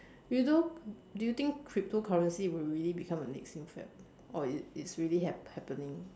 you know do you think cryptocurrency will really become the next new fad or it's it's already hap~ happening